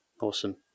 awesome